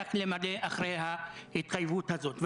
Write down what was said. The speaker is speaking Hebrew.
והבטיח למלא אחרי ההתחייבות הזאת.